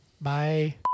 Bye